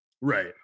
Right